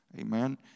Amen